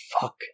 fuck